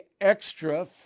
extra